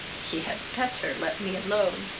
he had petter let me alone,